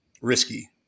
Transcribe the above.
risky